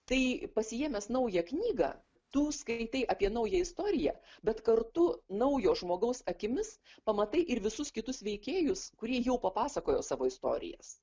tai pasiėmęs naują knygą tu skaitei apie naują istoriją bet kartu naujo žmogaus akimis pamatai ir visus kitus veikėjus kurie jau papasakojo savo istorijas